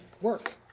work